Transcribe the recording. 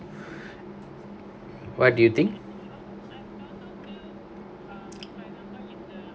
what do you think